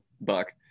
buck